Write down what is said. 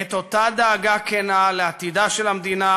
את אותה דאגה כנה לעתידה של המדינה,